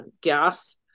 gas